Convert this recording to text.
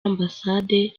ambasade